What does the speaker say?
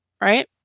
Right